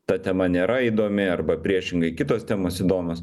ta tema nėra įdomi arba priešingai kitos temos įdomios